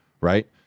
right